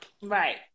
Right